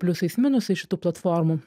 pliusais minusais šitų platformų